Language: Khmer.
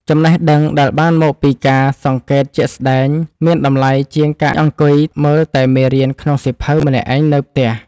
ចំណេះដឹងដែលបានមកពីការសង្កេតជាក់ស្តែងមានតម្លៃជាងការអង្គុយមើលតែមេរៀនក្នុងសៀវភៅម្នាក់ឯងនៅផ្ទះ។